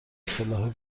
سلاح